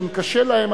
שאם קשה להם,